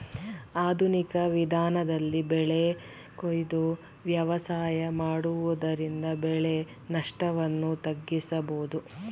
ಆಧುನಿಕ ವಿಧಾನದಲ್ಲಿ ಬೆಳೆ ಕೊಯ್ದು ವ್ಯವಸಾಯ ಮಾಡುವುದರಿಂದ ಬೆಳೆ ನಷ್ಟವನ್ನು ತಗ್ಗಿಸಬೋದು